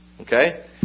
Okay